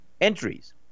entries